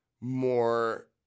more